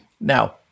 now